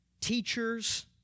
teachers